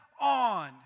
on